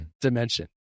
dimension